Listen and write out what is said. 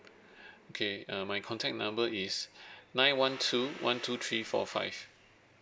okay uh my contact number is nine one two one two three four five